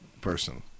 person